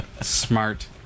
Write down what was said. Smart